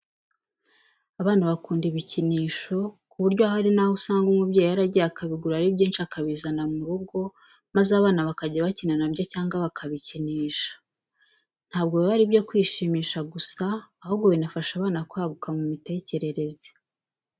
Abana bakunda ibikinisho ku buryo hari naho usanga umubyeyi yaragiye akabigura ari byinshi akabizana mu rugo, maze abana bakajya bakina na byo cyangwa bakabikinisha. Ntabwo biba ari ibyo kwishimisha gusa ahubwo binabafafasha kwaguka mu mitekerereze.